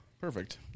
Perfect